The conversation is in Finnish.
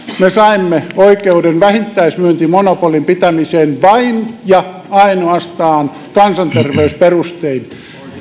me saimme oikeuden vähittäismyyntimonopolin pitämiseen vain ja ainoastaan kansanterveysperustein